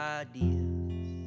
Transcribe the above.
ideas